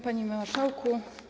Panie Marszałku!